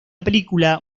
película